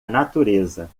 natureza